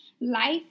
Life